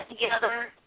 together